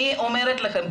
אני אומרת לכם,